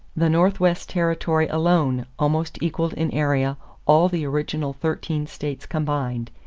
the northwest territory alone almost equaled in area all the original thirteen states combined,